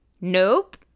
Nope